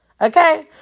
Okay